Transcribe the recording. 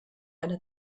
eine